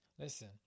listen